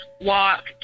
walk